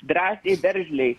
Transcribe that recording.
drąsiai veržliai